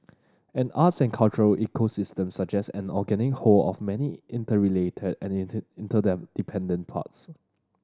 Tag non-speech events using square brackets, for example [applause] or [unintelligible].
an arts and cultural ecosystem suggests an organic whole of many interrelated and [unintelligible] parts